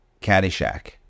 Caddyshack